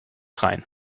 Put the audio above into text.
rein